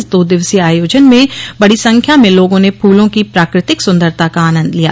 इस दो दिवसीय आयोजन में बड़ी संख्या में लोगों ने फूलों की प्राकृतिक सुंदरता का आनंद लिया